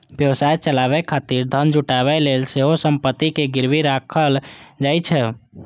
व्यवसाय चलाबै खातिर धन जुटाबै लेल सेहो संपत्ति कें गिरवी राखल जाइ छै